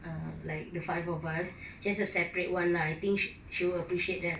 um like the five of us just a separate one lah I think she will appreciate that okay ya ya